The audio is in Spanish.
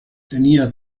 tenía